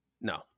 No